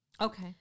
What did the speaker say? Okay